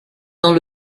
dans